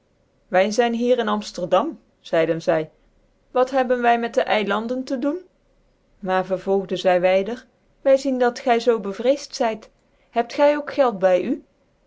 wy zyn hier in amfterdam zcide zy wat hebben wy met de eilanden tc doen maar vervolgden zy wydcr wy zien dat gy zoo bcvreeft zyt hebt gy ook geld by u